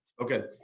Okay